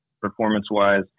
performance-wise